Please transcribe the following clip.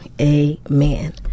amen